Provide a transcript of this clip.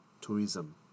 tourism